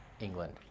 England